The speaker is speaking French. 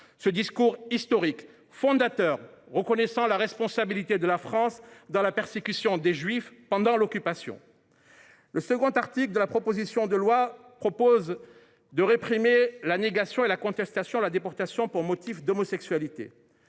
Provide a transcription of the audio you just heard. un discours historique fondateur, reconnaissant la responsabilité de la France dans la persécution des juifs pendant l’Occupation. L’article 2 de la proposition de loi prévoit la répression de la négation et de la contestation de la déportation pour motif d’homosexualité.